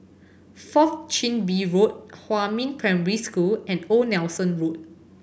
Fourth Chin Bee Road Huamin Primary School and Old Nelson Road